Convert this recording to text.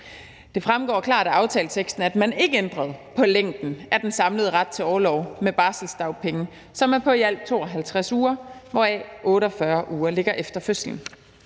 Det fremgår klart af aftaleteksten, at man ikke ændrede på længden af den samlede ret til orlov med barselsdagpenge, som er på i alt 52 uger, hvoraf 48 uger ligger efter fødslen.